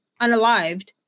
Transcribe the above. unalived